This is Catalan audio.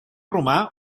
romà